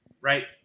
right